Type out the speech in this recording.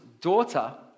daughter